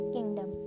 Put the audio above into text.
Kingdom